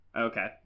Okay